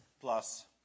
plus